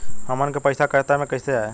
हमन के पईसा कइसे खाता में आय?